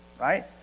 right